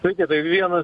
sveiki tai vienas